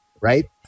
right